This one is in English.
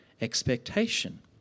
expectation